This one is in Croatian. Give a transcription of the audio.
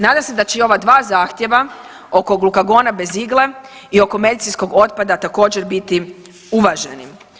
Nadam se da će i ova dva zahtjeva oko Glukagona bez igle i oko medicinskog otpada također biti uvaženi.